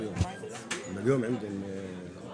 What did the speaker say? דיון על סכנת סגירת